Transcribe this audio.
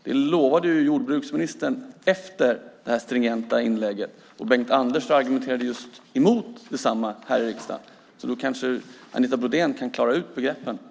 Det lovade ju jordbruksministern efter sitt stringenta inlägg, och Bengt-Anders argumenterade emot detsamma här i riksdagen. Kanske Anita Brodén kan reda ut begreppen.